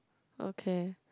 okay